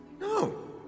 No